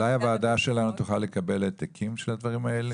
הוועדה שלנו תוכל לקבל העתקים של הדברים האלה?